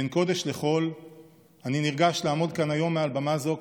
בין קודש לחול אני נרגש לעמוד כאן היום מעל במה זו,